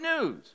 news